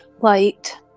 light